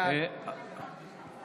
בעד